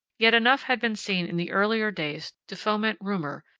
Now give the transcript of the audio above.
yet enough had been seen in the earlier days to foment rumor,